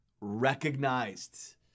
recognized